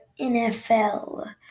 NFL